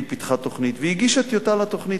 והיא פיתחה תוכנית והגישה טיוטה של התוכנית.